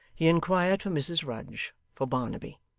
he inquired for mrs rudge for barnaby.